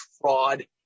fraud